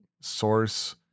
source